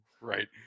Right